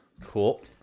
cool